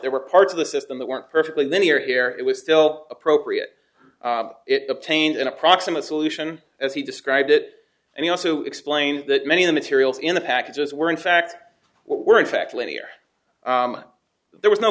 there were parts of the system that weren't perfectly linear here it was still appropriate it obtained an approximate solution as he described it and he also explained that many of the materials in the packages were in fact were in fact linear there was no